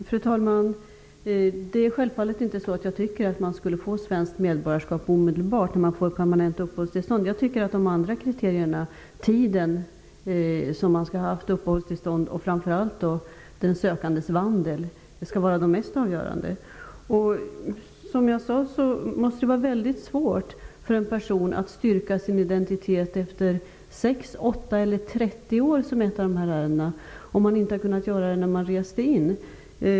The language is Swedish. Fru talman! Jag tycker självfallet inte att man skall få svenskt medborgarskap omedelbart när man får permanent uppehållstillstånd. De andra kriterierna, tiden som en sökande skall ha haft uppehållstillstånd och framför allt den sökandes vandel, skall vara de mest avgörande. Som jag sade måste det vara väldigt svårt för en person att efter 6, 8 eller 30 år styrka sin identitet, vilket var fallet i ett av de nämnda ärendena, om man inte har kunnat göra det när man reste in.